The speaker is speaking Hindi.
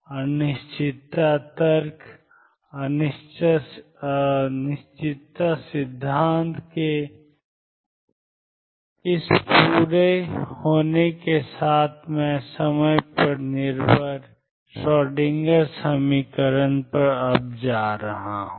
अनिश्चितता तर्क अनिश्चितता सिद्धांत के इस पूरा होने के साथ अब मैं समय पर निर्भर श्रोएडिंगर समीकरण पर जा रहा हूं